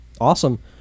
Awesome